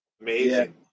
Amazing